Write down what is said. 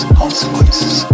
consequences